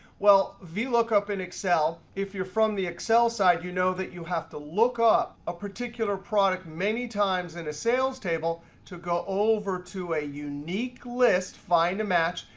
well, vlookup in excel if you're from the excel side, you know that you have to lookup a particular product many times in a sales table to go over to a unique list, find a match,